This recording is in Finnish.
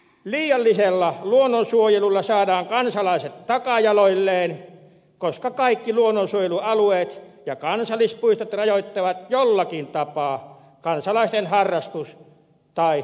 liiallisella luonnonsuojelulla saadaan kansalaiset takajaloilleen koska kaikki luonnonsuojelualueet ja kansallispuistot rajoittavat jollakin tapaa kansalaisten harrastus tai elinkeinomahdollisuuksia